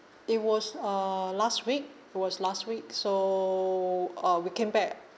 it was uh last week it was last week so uh we came back